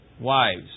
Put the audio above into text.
Wives